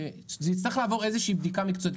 אבל שזה יצטרך לעבור איזושהי בדיקה מקצועית.